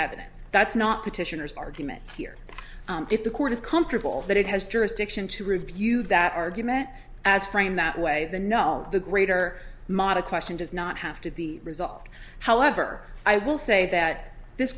evidence that's not petitioners argument here if the court is comfortable that it has jurisdiction to review that argument as framed that way the null the greater mot a question does not have to be resolved however i will say that this